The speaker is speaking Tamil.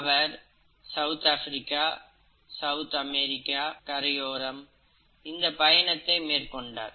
அவர் சவுத் ஆப்பிரிக்கா சவுத் அமெரிக்கா கரையோரம் இந்த பயணத்தை மேற்கொண்டார்